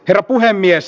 herra puhemies